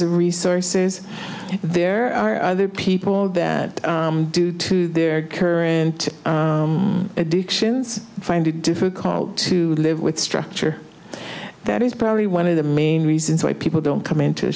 of resources there are other people that their current addictions find it difficult to live with structure that is probably one of the main reason why people don't come into